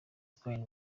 espagne